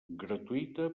gratuïta